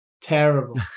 terrible